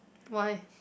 why